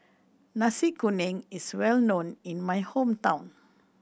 Nasi Kuning is well known in my hometown